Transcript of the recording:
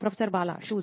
professor Bala shoes